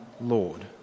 Lord